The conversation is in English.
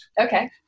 Okay